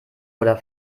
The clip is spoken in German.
oder